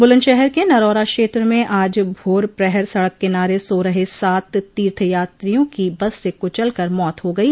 बुलंदशहर के नरौरा क्षेत्र में आज भार प्रहर में सड़क किनारे सो रहे सात तीर्थ यात्रियों की बस से कुचल कर मौत हो गयी